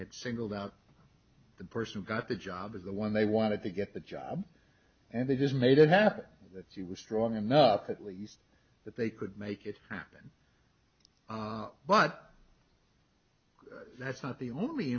had singled out the person who got the job as the one they wanted to get the job and they just made it happen that she was strong enough at least that they could make it happen but that's not the only